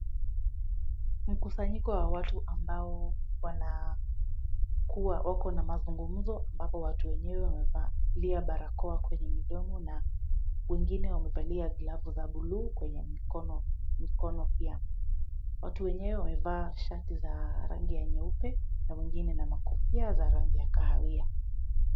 Mkusanyiko wa watu ambao wako na mazungumzo ambapo watu wenyewe wamevalia barakoa kwenye midomo na wengine wamevalia glavu za buluu kwa mikono pia. Watu wenyewe wamevaa shati za rangi ya nyeupe na wengine na makofia za rangi ya kahawia.